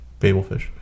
Babelfish